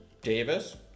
Davis